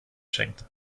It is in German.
schenkt